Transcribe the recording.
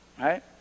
right